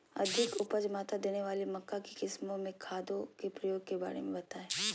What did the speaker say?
अधिक उपज मात्रा देने वाली मक्का की किस्मों में खादों के प्रयोग के बारे में बताएं?